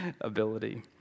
ability